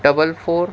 double four